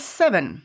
seven